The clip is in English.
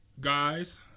guys